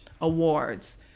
awards